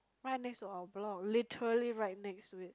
right next to our block literally right next to it